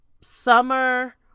summer